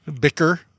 bicker